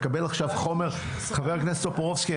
חבר הכנסת טופורובסקי,